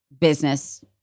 business